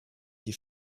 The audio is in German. die